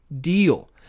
deal